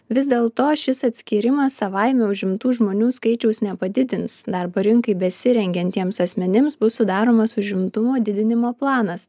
vis dėl to šis atskyrimas savaime užimtų žmonių skaičiaus nepadidins darbo rinkai besirengiantiems asmenims bus sudaromas užimtumo didinimo planas